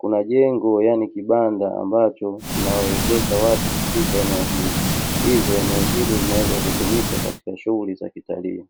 Kuna jengo, yani kibanda, ambacho kinawawezesha watu kufika katika eneo hili; hivyo, eneo hili linaweza kutumika katika shughuli za kitalii.